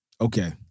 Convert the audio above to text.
Okay